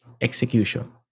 execution